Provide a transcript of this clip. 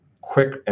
quick